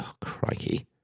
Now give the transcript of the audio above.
Crikey